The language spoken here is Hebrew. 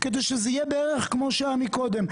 כדי שזה יהיה בערך כמו שהיה מקודם.